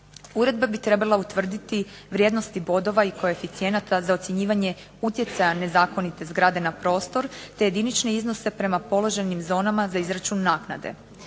Uredba bi trebala utvrditi vrijednosti bodova i koeficijenata za ocjenjivanje utjecaja nezakonite zgrade na prostor, te jedinične iznose prema položenim zonama za izračun naknade.